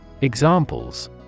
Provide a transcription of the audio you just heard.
Examples